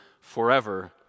forever